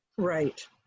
Right